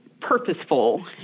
purposeful